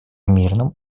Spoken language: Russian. мирном